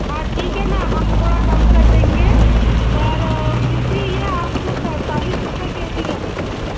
हाँ ठीक है न हम थोड़ा कम कर देंगे पर फिर भी ये आपको पैंतालीस रुपये के जी लगेंगे